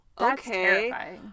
okay